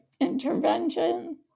intervention